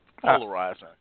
polarizing